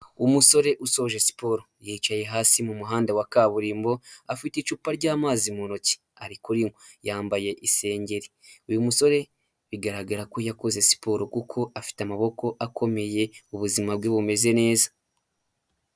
Umusore usoje siporo yicaye hasi mu muhanda wa kaburimbo afite icupa ry'amazi mu ntoki ari kurinywa yambaye isengeri, uyu musore bigaragara ko yakoze siporo kuko afite amaboko akomeye ubuzima bwe bumeze neza.